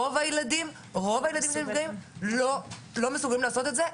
רוב הילדים שנפגעים לא מסוגלים לעשות את זה.